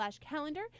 calendar